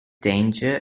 danger